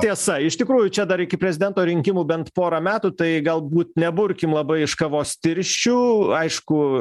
tiesa iš tikrųjų čia dar iki prezidento rinkimų bent porą metų tai galbūt neburkim labai iš kavos tirščių aišku